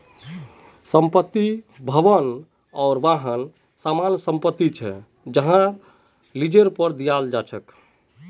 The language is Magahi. संपत्ति, भवन आर वाहन सामान्य संपत्ति छे जहाक लीजेर पर दियाल जा छे